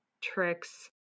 tricks